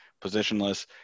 positionless